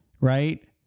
right